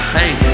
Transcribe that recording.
hey